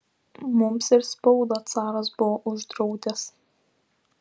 mums ir spaudą caras buvo uždraudęs